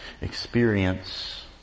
experience